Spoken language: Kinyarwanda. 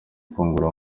mfungura